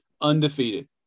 undefeated